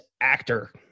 Actor